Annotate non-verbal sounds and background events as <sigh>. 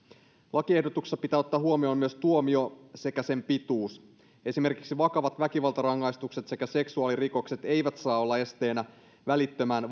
lakiehdotuksessa pitää ottaa huomioon myös tuomio sekä sen pituus esimerkiksi vakavat väkivaltarikokset sekä seksuaalirikokset eivät saa olla esteenä välittömään <unintelligible>